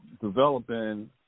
developing